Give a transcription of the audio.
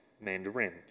Mandarin